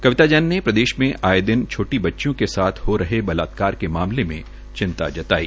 कविता जैन ने प्रदेश में आये दिन छोटी बच्चिों के साथ हो रहे द्रष्कर्म के मामले में चिंता जताई